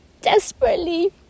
desperately